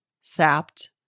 sapped